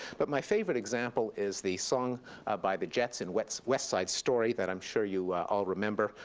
but my favorite example is the song by the jets in west west side story that i'm sure you all remember.